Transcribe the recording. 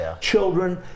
children